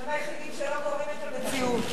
אתם היחידים שלא קוראים את המציאות.